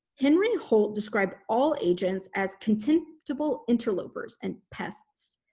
henry holt described all agents as contemptible interlopers and pests.